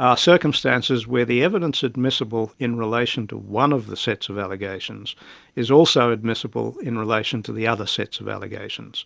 are circumstances where the evidence admissible in relation to one of the sets of allegations is also admissible in relation to the other sets of allegations.